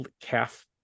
calf